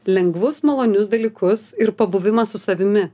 lengvus malonius dalykus ir pabuvimą su savimi